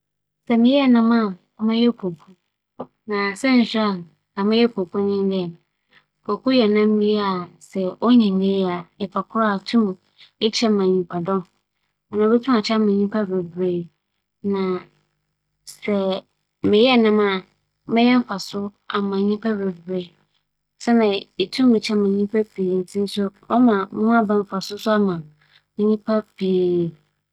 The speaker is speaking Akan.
Nkyɛ mereyɛ nsu mu nam da kor bi a, nam a mebɛyɛ nye adwen. Siantsir a mepɛ adwen nye dɛ, adwen yɛ nam bi a ͻyɛ dɛw yie. Sɛ ͻda wo nkwan mu a, ͻmmfa wo nkwan kor a ͻyɛ, ͻdze ne dɛw nyinaa kͻ nkwan no mu na edzi a ͻma wo ahomka. Osian dɛm ntsi dɛm nam yi yɛ nam a ͻsom bo na ͻma no bo yɛ dzen nsti wͻnntoto adwen ase koraa.